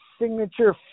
signature